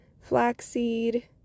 flaxseed